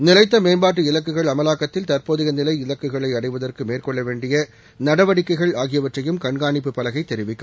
நிலைத்த மேம்பாட்டு இலக்குகள் அமலாக்கத்தில் தற்போதைய நிலை இலக்குகளை அடைவதற்கு மேற்கொள்ள வேண்டிய நடவடிக்கைகள் ஆகியவற்றையும் கண்காணிப்பு பலகை தெரிவிக்கும்